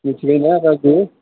मिथिबायना राजु